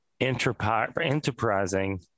enterprising